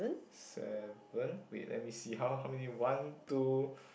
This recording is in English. seven wait let me see how how many one two